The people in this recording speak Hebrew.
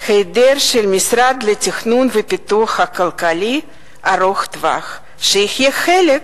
היעדר של משרד לתכנון ופיתוח כלכלי ארוך טווח שיהיה חלק